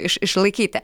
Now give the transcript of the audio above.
iš išlaikyti